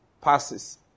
passes